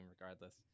regardless